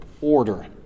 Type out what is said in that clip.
order